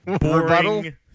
boring